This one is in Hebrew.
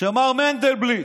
שמר מנדלבליט